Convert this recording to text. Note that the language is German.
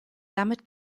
damit